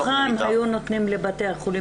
אני בטוחה שאם היו נותנים לבתי החולים,